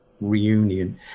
reunion